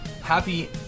Happy